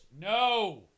No